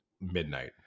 midnight